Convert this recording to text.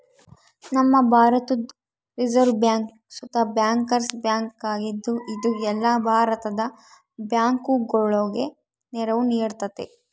ನಮ್ಮ ಭಾರತುದ್ reserve bank ಸುತ ಬ್ಯಾಂಕರ್ಸ್ ಬ್ಯಾಂಕ್ ಆಗಿದ್ದು, ಇದು ಎಲ್ಲ ಭಾರತದ ಬ್ಯಾಂಕುಗುಳಗೆ ನೆರವು ನೀಡ್ತತೆ